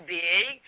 big